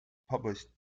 published